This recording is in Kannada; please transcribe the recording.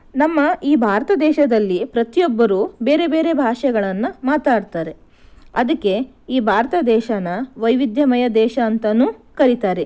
ನಮ್ಮ ಈ ಭಾರತ ದೇಶದಲ್ಲಿ ಪ್ರತಿಯೊಬ್ಬರೂ ಬೇರೆ ಬೇರೆ ಭಾಷೆಗಳನ್ನು ಮಾತಾಡ್ತಾರೆ ಅದಕ್ಕೆ ಈ ಭಾರತ ದೇಶನ ವೈವಿಧ್ಯಮಯ ದೇಶ ಅಂತಲೂ ಕರೀತಾರೆ